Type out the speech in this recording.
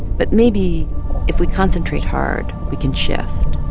but maybe if we concentrate hard, we can shift,